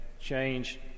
change